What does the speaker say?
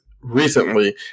recently